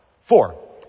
Four